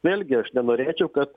vėlgi aš nenorėčiau kad